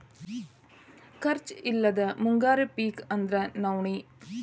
ಖರ್ಚ್ ಇಲ್ಲದ ಮುಂಗಾರಿ ಪಿಕ್ ಅಂದ್ರ ನವ್ಣಿ